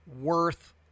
worth